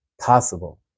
possible